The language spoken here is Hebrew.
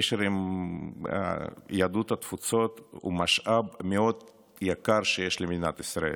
הקשר עם יהדות התפוצות הוא משאב יקר מאוד שיש למדינת ישראל: